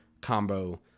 combo